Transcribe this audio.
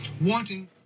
wanting